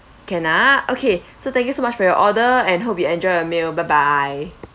can ah okay so thank you so much for your order and hope you enjoy your meal bye bye